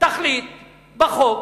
תחליט בחוק